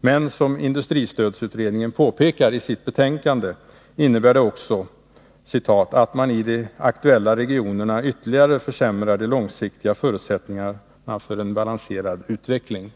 Men, som industristödsutredningen påpekar i sitt betänkande, innebär det också ”att man i de aktuella regionerna ytterligare försämrar de långsiktiga förutsättningarna för en balanserad utveckling”.